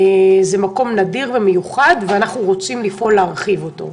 זה מקום נדיר ומיוחד ואנחנו רוצים לפעול להרחיב אותו.